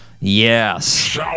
Yes